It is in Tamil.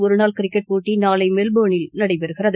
ஒருநாள் கிரிக்கெட் போட்டி நாளை மெல்போனில் நடைபெறுகிறது